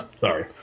Sorry